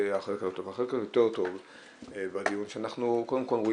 החלק היותר טוב בדיון שאנחנו קודם כל רואים